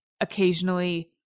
occasionally